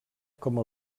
com